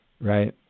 right